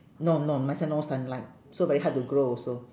no no my side no sunlight so very hard to grow also